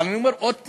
אבל אני אומר שוב,